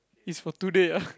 is for today ah